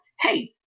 hey